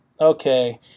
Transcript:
okay